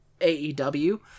AEW